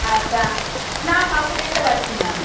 আচ্ছা না কাউকে দেখতে পাচ্ছি না